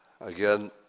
again